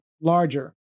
larger